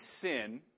sin